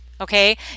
Okay